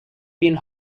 been